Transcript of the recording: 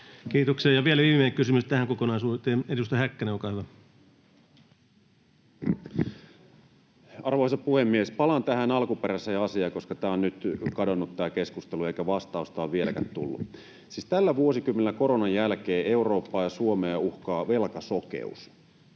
Kiitoksia. — Ja vielä viimeinen kysymys tähän kokonaisuuteen. Edustaja Häkkänen, olkaa hyvä. Arvoisa puhemies! Palaan tähän alkuperäiseen asiaan, koska tämä keskustelu on nyt kadonnut eikä vastausta ole vieläkään tullut. Siis tällä vuosikymmenellä koronan jälkeen Eurooppaa ja Suomea uhkaa velkasokeus.